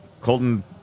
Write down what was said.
Colton